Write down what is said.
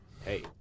hey